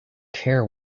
care